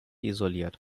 isoliert